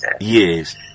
Yes